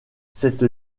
cette